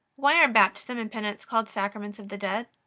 why are baptism and penance called sacraments of the dead?